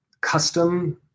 custom